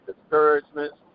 discouragements